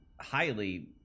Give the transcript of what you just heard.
highly